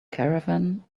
caravan